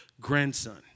grandson